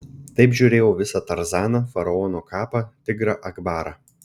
taip žiūrėjau visą tarzaną faraono kapą tigrą akbarą